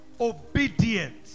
obedient